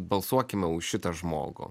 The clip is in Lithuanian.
balsuokime už šitą žmogų